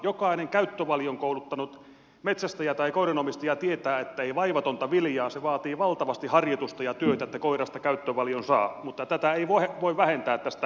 jokainen käyttövalion kouluttanut metsästäjä tai koiranomistaja tietää että ei ole vaivatonta viljaa vaan se vaatii valtavasti harjoitusta ja työtä että koirasta käyttövalion saa mutta tätä ei voi vähentää tästä korvauksesta